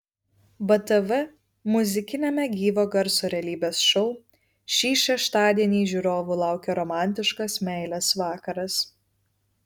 btv muzikiniame gyvo garso realybės šou šį šeštadienį žiūrovų laukia romantiškas meilės vakaras